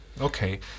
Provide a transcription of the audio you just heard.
Okay